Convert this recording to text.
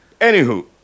Anywho